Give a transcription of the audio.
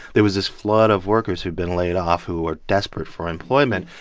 there was this flood of workers who'd been laid off who were desperate for employment.